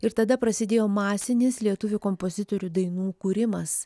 ir tada prasidėjo masinis lietuvių kompozitorių dainų kūrimas